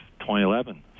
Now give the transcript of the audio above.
2011